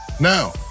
Now